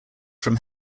from